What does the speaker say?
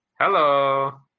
Hello